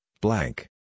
blank